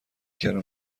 کردم